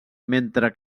mentre